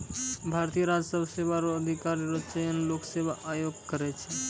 भारतीय राजस्व सेवा रो अधिकारी रो चयन लोक सेवा आयोग करै छै